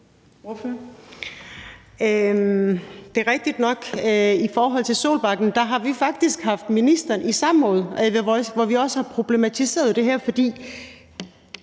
Det er rigtigt nok. I forhold til Solbakken har vi faktisk haft ministeren i samråd, hvor vi også har problematiseret det her, for